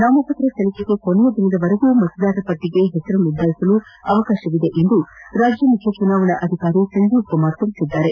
ನಾಮಪತ್ರ ಸಲ್ಲಿಸಲು ಕೊನೆಯ ದಿನದವರೆಗೂ ಮತದಾರರ ಪಟ್ಟಿಯಲ್ಲಿ ಹೆಸರು ನೋಂದಾಯಿಸಬಹುದಾಗಿದೆ ಎಂದು ರಾಜ್ಯ ಮುಖ್ಯಚುನಾವಣಾಧಿಕಾರಿ ಸಂಜೀವ್ ಕುಮಾರ್ ತಿಳಿಸಿದ್ದಾರೆ